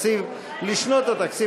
לא שמעתי את חבר הכנסת